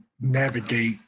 navigate